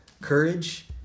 courage